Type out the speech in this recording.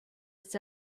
its